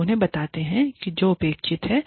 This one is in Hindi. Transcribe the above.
हम उन्हें बताते हैं जो अपेक्षित है